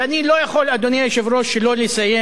ואני לא יכול, אדוני היושב-ראש, שלא לסיים